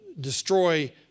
destroy